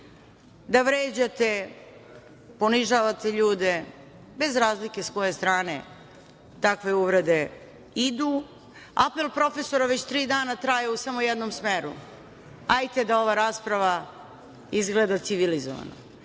da vređate, ponižavate ljude, bez razlike s koje strane takve uvrede idu. Apel profesora već tri dana traje u samo jednom smeru, hajte da ova rasprava izgleda civilizovano.